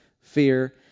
fear